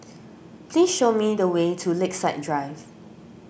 please show me the way to Lakeside Drive